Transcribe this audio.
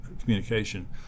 communication